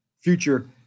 future